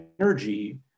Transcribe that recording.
energy